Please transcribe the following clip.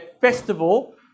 festival